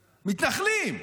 מתנחלים.